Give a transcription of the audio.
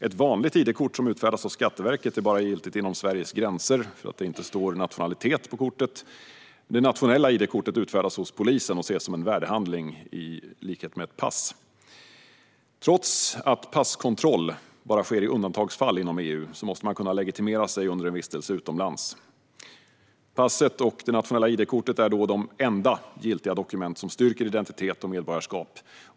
Ett vanligt id-kort som utfärdas av Skatteverket är bara giltigt inom Sveriges gränser då det inte står nationalitet på id-kortet. Det nationella id-kortet utfärdas hos polisen och ses som en värdehandling i likhet med ett pass. Trots att passkontroll bara sker i undantagsfall inom EU måste man kunna legitimera sig under en vistelse utomlands. Passet och det nationella id-kortet är då de enda giltiga dokument som styrker identitet och medborgarskap.